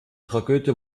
tragödie